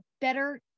better